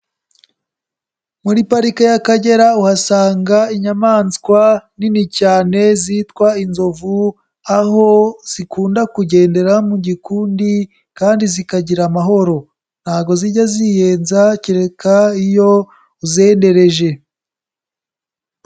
Muri parike y'akagera uhasanga inyamaswa nini cyane zitwa inzovu aho zikunda kugendera mu gikundi kandi zikagira amahoro ntago zijya ziyenza kereka iyo uzenderereje.